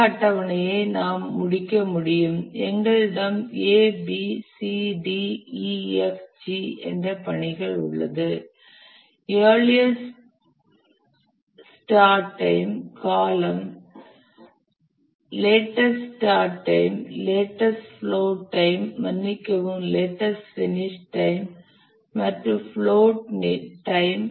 இந்த அட்டவணையை நாம் முடிக்க முடியும் எங்களிடம் A B C D E F G என்ற பணிகள் உள்ளது இயர்லியஸ்ட்ஸ்டார்ட் டைம் காலம் latest start time latest start time latest float time மன்னிக்கவும் லேட்டஸ்ட் பினிஷ் டைம் மற்றும் பிளோட் டைம்